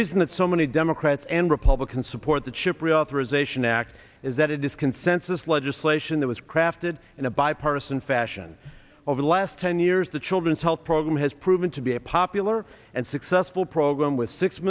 reason that so many democrats and republicans support the chip reauthorization act is that it is consensus legislation that was crafted in a bipartisan fashion over the last ten years the children's health program has proven to be a popular and successful program with six